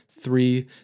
Three